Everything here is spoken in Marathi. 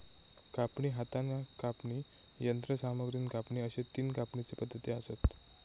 कापणी, हातान कापणी, यंत्रसामग्रीन कापणी अश्ये तीन कापणीचे पद्धती आसत